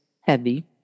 heavy